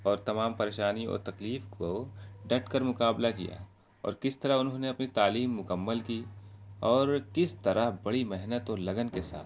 اور تمام پریشانی اور تکلیف کو ڈٹ کر مقابلہ کیا اور کس طرح انہوں نے اپنی تعلیم مکمل کی اور کس طرح بڑی محنت اور لگن کے ساتھ